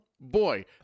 Boy